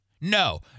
No